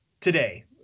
Today